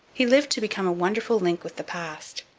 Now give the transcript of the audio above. he lived to become a wonderful link with the past.